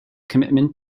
commitment